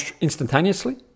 instantaneously